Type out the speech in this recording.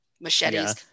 machetes